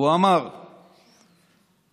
הוא אמר שאיבדתם שליטה.